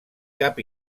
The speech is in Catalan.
cap